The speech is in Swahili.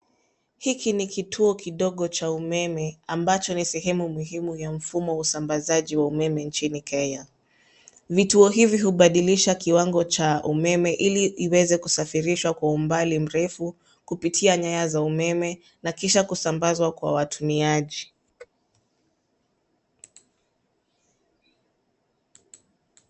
Hiki ni kituo kidogo cha umeme ambacho ni sehemu muhimu ya mfumo wa usambazi wa umeme nchini Kenya. Vituo hivi hubadilisha kiwango cha umeme ili iweze kusafirishwa kwa umbali mrefu kupitia nyaya za umeme na kisha kusambazwa kwa watumiaji.